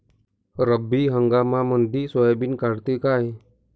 रब्बी हंगामामंदी सोयाबीन वाढते काय?